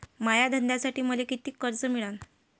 माया धंद्यासाठी मले कितीक कर्ज मिळनं?